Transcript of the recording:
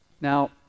Now